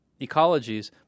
ecologies